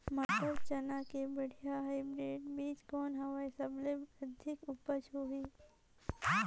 मटर, चना के बढ़िया हाईब्रिड बीजा कौन हवय? सबले अधिक उपज होही?